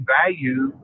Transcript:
value